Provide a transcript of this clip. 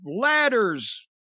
ladders